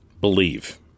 believe